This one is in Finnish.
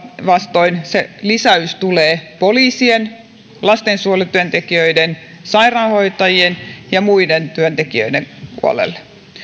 vastoin se lisäys tulee poliisien lastensuojelutyöntekijöiden sairaanhoitajien ja muiden työntekijöiden puolelle